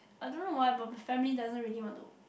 I don't know why but family doesn't really want to